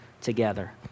together